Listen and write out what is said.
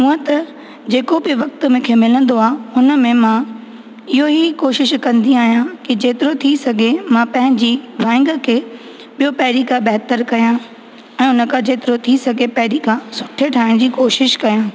ऊअं त जेको बि वक़्तु मूंखे मिलंदो आहे हुन में मां इहो ई कोशिश कंदी आहियां की जेतिरो थी सघे मां पंहिंजी ड्रॉईंग खे ॿियो पहिरी खां बहितर कयां ऐं जेतिरो थी सघे पहिरीं खां सुठे ठाहिण जी कोशिश कयां